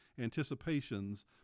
anticipations